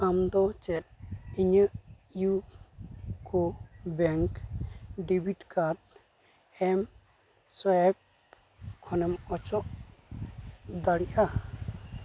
ᱟᱢᱫᱚ ᱪᱮᱫ ᱤᱧᱟᱹᱜ ᱤᱭᱩᱠᱳ ᱵᱮᱝᱠ ᱰᱮᱵᱷᱤᱰ ᱠᱟᱨᱰ ᱮᱢᱥᱳᱣᱟᱭᱤᱯ ᱠᱷᱚᱱᱮᱢ ᱚᱪᱚᱜ ᱫᱟᱲᱮᱭᱟᱜᱼᱟ